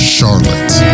Charlotte